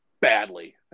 badly